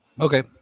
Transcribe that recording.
Okay